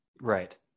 right